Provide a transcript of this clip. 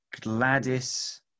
Gladys